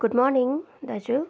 good morning दाजु